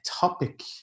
topic